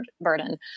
burden